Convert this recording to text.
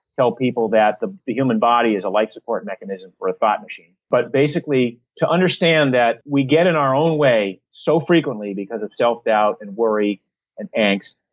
tell people that the the human body is a life support mechanism for the thought machine but. basically to understand that we get in our own way so frequently because of self-doubt and worry and angst.